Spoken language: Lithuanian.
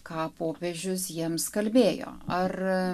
ką popiežius jiems kalbėjo ar